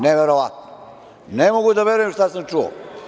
Neverovatno, ne mogu da verujem šta sam čuo.